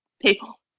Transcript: people